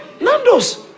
Nando's